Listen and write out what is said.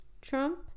Trump